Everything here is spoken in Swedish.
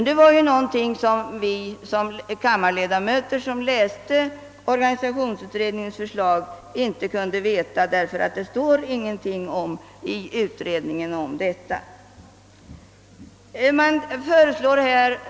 Detta kunde de kammarledamöter som läste organisationsutredningens förslag inte veta; det står inte i utredningens betänkande något om den saken.